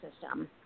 system